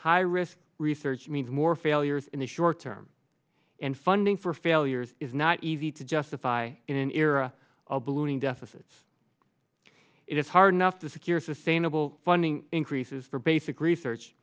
high risk research means more failures in the short term and funding for failures is not easy to justify in an era of ballooning deficits it is hard enough to secure sustainable funding increases for basic research